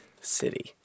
city